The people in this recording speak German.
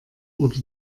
oder